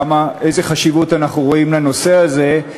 איזו חשיבות אנחנו רואים בנושא הזה.